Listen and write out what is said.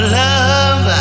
love